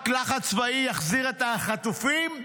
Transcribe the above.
רק לחץ צבאי יחזיר את החטופים?